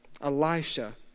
Elisha